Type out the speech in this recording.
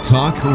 Talk